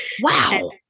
wow